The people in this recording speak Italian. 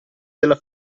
della